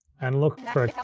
and look for yeah